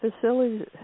facilities